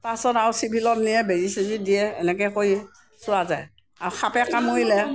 পাছত আৰু চিভিলত নিয়ে বেজি ছেজি দিয়ে এনেকৈ কৰি চোৱা যায় আৰু সাপে কামুৰিলে